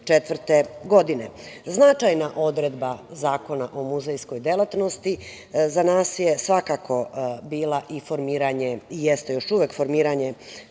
godine. Značajna odredba Zakona o muzejskoj delatnosti za nas je svakako bila i formiranje i jeste još uvek formiranje